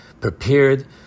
prepared